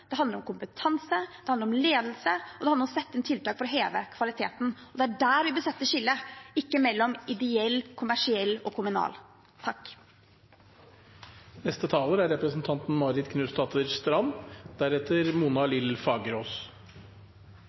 Det handler ikke om eierform, det handler om kompetanse, det handler om ledelse, og det handler om å sette inn tiltak for å heve kvaliteten. Og det er der vi bør sette skillet – ikke mellom ideell, kommersiell og kommunal. Det er